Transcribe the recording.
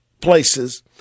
places